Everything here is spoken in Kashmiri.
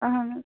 اَہَن حظ